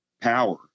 power